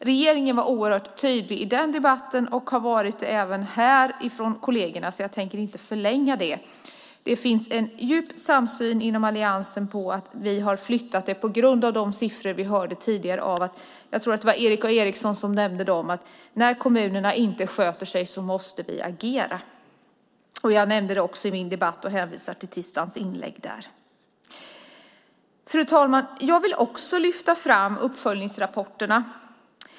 Regeringen var oerhört tydlig i den debatten, och kollegerna har varit det även här så jag tänker inte förlänga det. Det finns en djup samsyn inom alliansen. Vi har flyttat detta på grund av de siffror vi hörde tidigare. Jag tror att det var Erik A Eriksson som nämnde dem. När kommunerna inte sköter sig måste vi agera. Jag nämnde det också i debatten i tisdags och hänvisar till mina inlägg där. Fru ålderspresident! Jag vill också lyfta fram uppföljningsrapporterna.